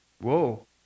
Whoa